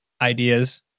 ideas